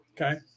Okay